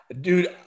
dude